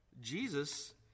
Jesus